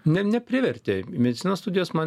ne neprivertė medicinos studijos man